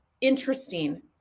interesting